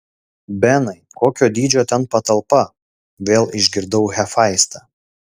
benai kokio dydžio ten patalpa vėl išgirdau hefaistą